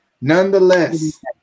Nonetheless